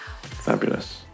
Fabulous